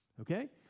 Okay